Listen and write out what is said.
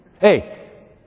Hey